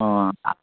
ହଁ